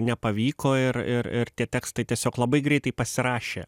nepavyko ir ir ir tie tekstai tiesiog labai greitai pasirašė